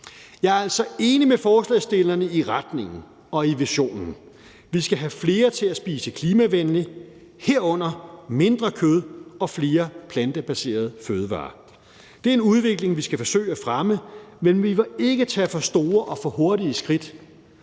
Jeg er altså enig med forslagsstillerne i retningen og visionen. Vi skal have flere til at spise klimavenligt, herunder mindre kød og flere plantebaserede fødevarer. Det er en udvikling, vi skal forsøge at fremme, men vi bør ikke tage for store og for hurtige skridt.